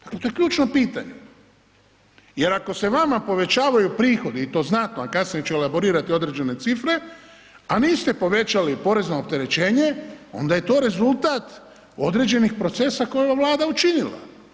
Dakle to je ključno pitanje jer ako se vama povećavaju prihodi i to znatno a kasnije ću elaborirati određene cifre a niste povećali porezno opterećenje onda je to rezultat određenih procesa koje je ova Vlada učinila.